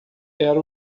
era